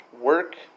Work